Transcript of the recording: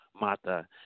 Mata